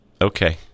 Okay